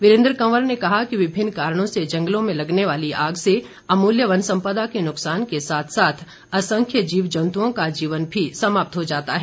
वीरेन्द्र कंवर ने कहा कि विभिन्न कारणों से जंगलों में लगने वाली आग से अमूल्य वन सम्पदा के नुकसान के साथ साथ असंख्य जीव जन्तुओं का जीवन भी समाप्त हो जाता है